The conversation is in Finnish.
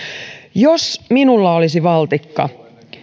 jos minulla olisi valtikka